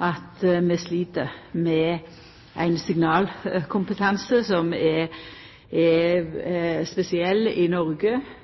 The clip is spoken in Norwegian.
at vi slit med ein signalkompetanse som er spesiell i Noreg.